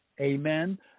Amen